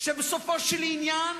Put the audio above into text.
בסופו של עניין,